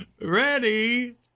Ready